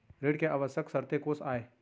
ऋण के आवश्यक शर्तें कोस आय?